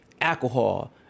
alcohol